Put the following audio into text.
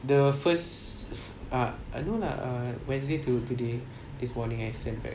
the first err ah no lah err wednesday to today this morning I send back